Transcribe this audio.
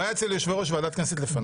הוא היה אצל יושבי-ראש ועדת הכנסת לפניי.